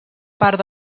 part